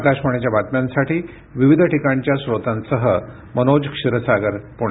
आकाशवाणीच्या बातम्यांसाठी विविध ठिकाणच्या स्रोतांसह मनोज क्षीरसागर पुणे